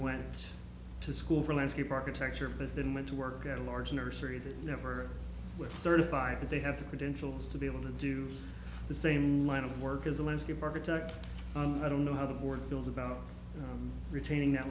went to school for landscape architecture but then went to work at a large nursery that never was thirty five but they have the credentials to be able to do the same line of work as a landscape architect i don't know how the board goes about retaining